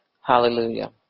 Hallelujah